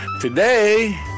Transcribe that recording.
Today